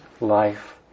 life